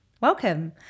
Welcome